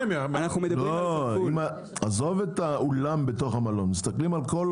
עזוב את האולם בתוך המלון, אם מסתכלים על כל